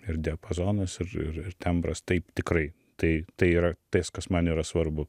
ir diapazonas ir ir ir tembras taip tikrai taip tai yra tais kas man yra svarbu